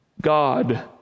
God